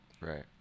right